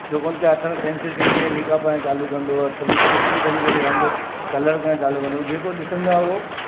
जो कोन थियो आहे हथ में पेंसिल खणी करे लिखा पढ़ण चालू कंदो आहे त कुझु बि खणी करे रंग कलर करणु चालू कंदो आहे जेको ॾिसंदो आहे उहो